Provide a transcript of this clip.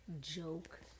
joke